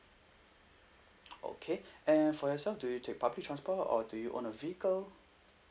okay and for yourself do you take public transport or do you own a vehicle